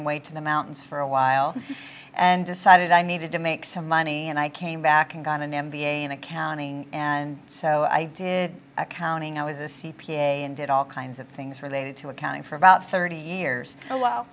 away to the mountains for a while and decided i needed to make some money and i came back and got an m b a in accounting and so i did accounting i was a c p a and did all kinds of things related to accounting for about thirty years